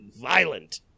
violent